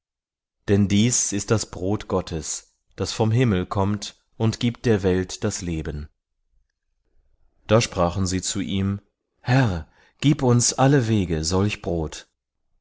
denn dies ist das brot gottes das vom himmel kommt und gibt der welt das leben da sprachen sie zu ihm herr gib uns allewege solch brot